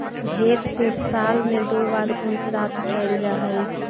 भेंड से साल में दो बार ऊन प्राप्त कैल जा हइ